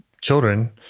children